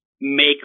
make